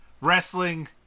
Wrestling